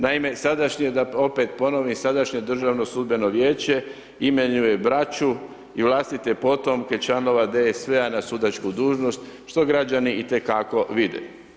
Naime, sadašnje, da opet ponovim, sadašnje Državno sudbeno vijeće, imenuje braću i vlastite potomke članove DSV-a na sudačku dužnost, što građani itekako vide.